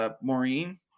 Maureen